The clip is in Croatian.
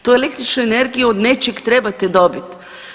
Tu električnu energiju od nečega trebate dobiti.